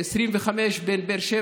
מי שמצביע